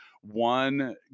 one